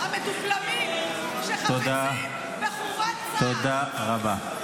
תודה לך,